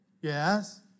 Yes